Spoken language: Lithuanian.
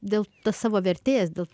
dėl savo vertės dėl